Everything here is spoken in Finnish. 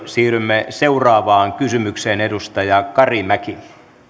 siirrymme seuraavaan kysymykseen edustaja karimäki